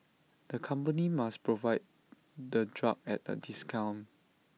the company must provide the drug at A discount